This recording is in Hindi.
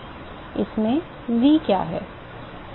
इसमें v क्या है